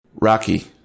Rocky